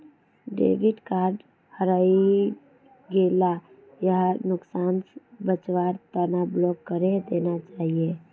debit card हरई गेला यहार नुकसान स बचवार तना ब्लॉक करे देना चाहिए